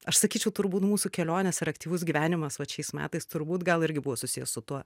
aš sakyčiau turbūt mūsų kelionės ir aktyvus gyvenimas vat šiais metais turbūt gal irgi buvo susijęs su tuo